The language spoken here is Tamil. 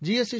ஜிஎஸ்டி